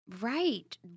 Right